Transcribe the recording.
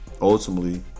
ultimately